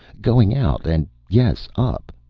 going out and, yes, up.